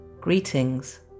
Greetings